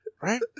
right